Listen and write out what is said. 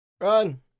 Run